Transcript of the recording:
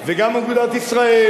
כל חברי הקואליציה של ארץ-ישראל,